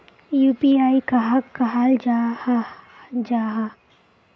UPI कहाक कहाल जाहा जाहा?